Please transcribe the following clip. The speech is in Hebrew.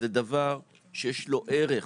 זה דבר שיש לו ערך,